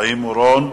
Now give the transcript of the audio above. חיים אורון.